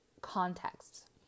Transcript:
contexts